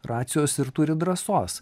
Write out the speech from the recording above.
racijos ir turi drąsos